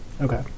Okay